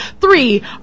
Three